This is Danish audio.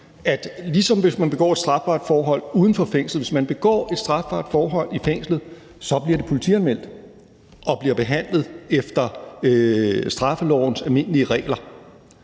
at hvis man begår et strafbart forhold i fængslet – ligesom hvis man begår et strafbart forhold uden for fængslet – så bliver det politianmeldt og behandlet efter straffelovens almindelige regler.